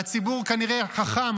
והציבור כנראה חכם.